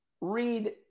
read